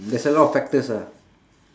there's a lot of factors ah